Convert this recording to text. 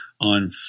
on